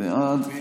בעד.